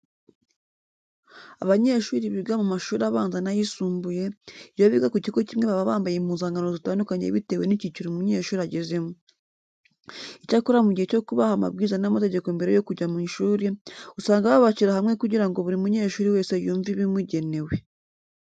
Abanyeshuri biga mu mashuri abanza n'ayisumbuye, iyo biga ku kigo kimwe baba bambaye impuzankano zitandukanye bitewe n'icyiciro umunyeshuri agezemo. Icyakora mu gihe cyo kubaha amabwiriza n'amategeko mbere yo kujya mu ishuri, usanga babashyira hamwe kugira ngo buri munyeshuri wese yumve ibimugenewe.